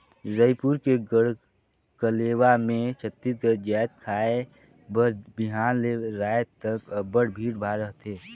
रइपुर के गढ़कलेवा म छत्तीसगढ़ जाएत खाए बर बिहान ले राएत तक अब्बड़ भीड़ भाड़ रहथे